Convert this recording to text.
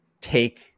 take